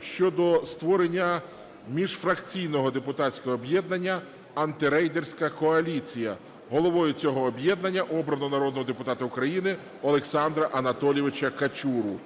щодо створення міжфракційного депутатського об'єднання "Антирейдерська коаліція". Головою цього об'єднання обрано народного депутата України Олександра Анатолійовича Качуру.